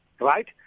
right